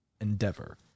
endeavor